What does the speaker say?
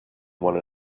one